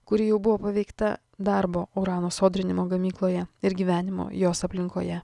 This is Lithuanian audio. kuri jau buvo paveikta darbo urano sodrinimo gamykloje ir gyvenimo jos aplinkoje